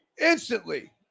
instantly